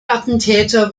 attentäter